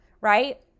right